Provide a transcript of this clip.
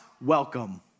Welcome